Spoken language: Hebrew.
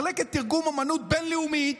מחלקת תרגום אומנות בין-לאומית,